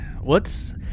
What's-